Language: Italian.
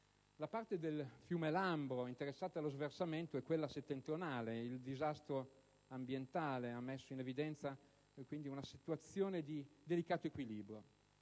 La parte del fiume Lambro interessata dallo sversamento è quella settentrionale e il disastro ambientale ha messo in evidenza una situazione di delicato equilibrio.